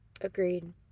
agreed